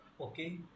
Okay